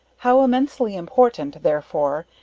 how immensely important, therefore,